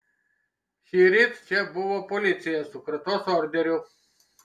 šįryt čia buvo policija su kratos orderiu